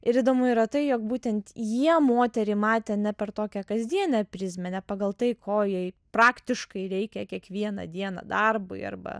ir įdomu yra tai jog būtent jie moterį matė ne per tokią kasdienę prizmę ne pagal tai ko jai praktiškai reikia kiekvieną dieną darbui arba